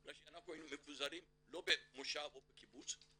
בגלל שאנחנו היינו מפוזרים לא במושב או בקיבוץ,